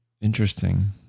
Interesting